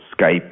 Skype